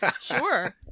Sure